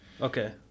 Okay